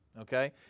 okay